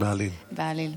בעליל.